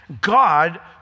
God